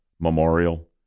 Memorial